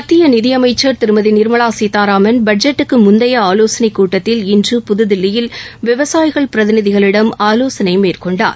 மத்திய நிதியமைச்சர் திருமதி நிர்மலா சீதாராமன் பட்ஜெட்டுக்கு முந்தைய ஆலோசனைக்கூட்டத்தில் இன்று புதுதில்லியில் விவசாயிகள் பிரதிநிதிகளிடம் ஆலோசனை மேற்கொண்டார்